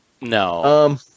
No